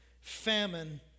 famine